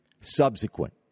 subsequent